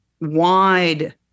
wide